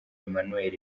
emmanuel